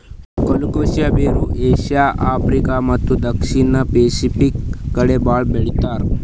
colocasia ಬೇರ್ Asia, Africa ಮತ್ತ್ ದಕ್ಷಿಣ್ ಸ್ಪೆಸಿಫಿಕ್ ಕಡಿ ಭಾಳ್ ಬೆಳಿತಾರ್